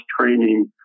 training